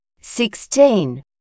sixteen